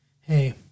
hey